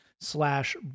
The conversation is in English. slash